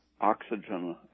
oxygen